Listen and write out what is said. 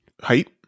Height